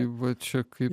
va čia kaip